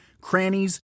crannies